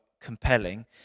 compelling